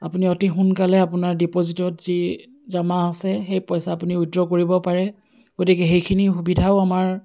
আপুনি অতি সোনকালে আপোনাৰ ডিপ'জিটত যি জমা আছে সেই পইচা আপুনি উইদ্ৰ কৰিব পাৰে গতিকে সেইখিনি সুবিধাও আমাৰ